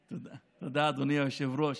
תודה, אדוני היושב-ראש.